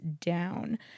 down